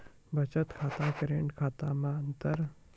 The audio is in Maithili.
बचत खाता करेंट खाता मे अंतर?